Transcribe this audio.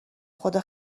خدا